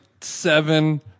seven